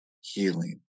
healing